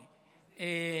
לך.